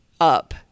up